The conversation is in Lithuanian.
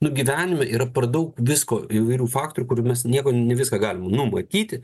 nu gyvenime yra per daug visko įvairių faktorių kurių mes nieko ne viską galim numatyti